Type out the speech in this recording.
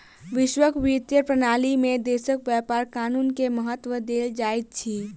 वैश्विक वित्तीय प्रणाली में देशक व्यापार कानून के महत्त्व देल जाइत अछि